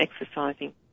exercising